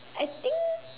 I think